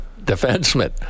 defenseman